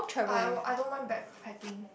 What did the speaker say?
I I don't mind backpacking